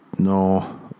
No